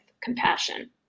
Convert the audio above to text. compassion